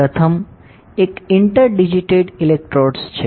પ્રથમ એક interdigitated electrode છે